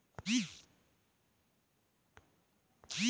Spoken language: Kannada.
ಕಚ್ಚಾ ವಸ್ತುನ ಉಪಯೋಗಾ ಮಾಡಕೊಂಡ ಬಳಕೆ ಮಾಡಾಕ ಬರು ವಸ್ತುನ ಉತ್ಪಾದನೆ ಮಾಡುದು